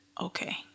okay